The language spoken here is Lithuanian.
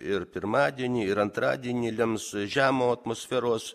ir pirmadienį ir antradienį lems žemo atmosferos